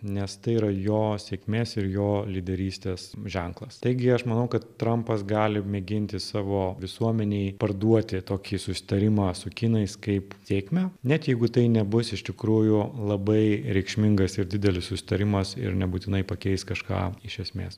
nes tai yra jo sėkmės ir jo lyderystės ženklas taigi aš manau kad trampas gali mėginti savo visuomenei parduoti tokį susitarimą su kinais kaip sėkmę net jeigu tai nebus iš tikrųjų labai reikšmingas ir didelis susitarimas ir nebūtinai pakeis kažką iš esmės